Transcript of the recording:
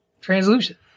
Translucent